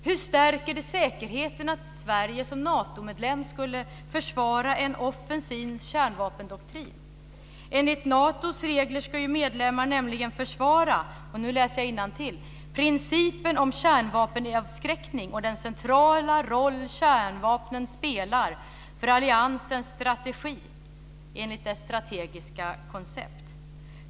Hur stärker det säkerheten att Sverige som Natomedlem skulle försvara en offensiv kärnvapendoktrin? Enligt Natos regler ska medlemmar nämligen försvara, nu läser jag innantill, principen om kärnvapenavskräckning och den centrala roll kärnvapnen spelar för alliansens strategi enligt dess strategiska koncept.